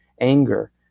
anger